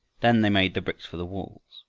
then they made the bricks for the walls.